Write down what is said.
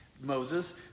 Moses